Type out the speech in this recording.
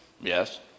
Yes